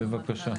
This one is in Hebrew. בבקשה.